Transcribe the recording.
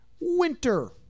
winter